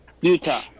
Utah